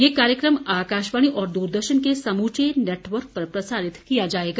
यह कार्यक्रम आकाशवाणी और दूरदर्शन के समूचे नेटवर्क पर प्रसारित किया जाएगा